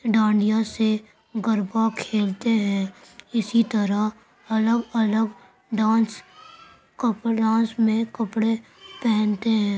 ڈانڈیا سے گربہ کھیلتے ہیں اسی طرح الگ الگ ڈانس کپڑا ڈانس میں کپڑے پہنتے ہیں